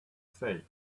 safe